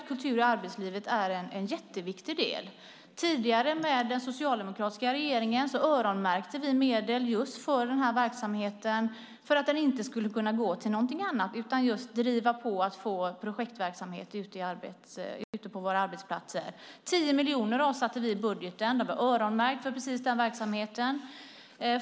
Kultur i arbetslivet är en mycket viktig del. Tidigare under den socialdemokratiska regeringen öronmärktes medel till den här verksamheten för att pengarna inte skulle gå till något annat. I stället gällde det att driva på för att få projektverksamhet ute på arbetsplatserna. 10 miljoner avsatte vi i budgeten - öronmärkta pengar för den här verksamheten.